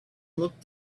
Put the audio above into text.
looked